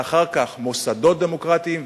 ואחר כך מוסדות דמוקרטיים,